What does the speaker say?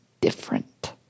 different